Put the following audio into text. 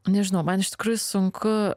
nežinau man iš tikrųjų sunku